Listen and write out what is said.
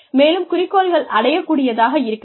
மேலும் குறிக்கோள்கள் அடையக்கூடியதாக இருக்க வேண்டும்